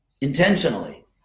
intentionally